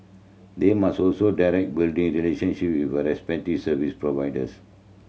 they must also direct relationship with service providers